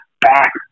back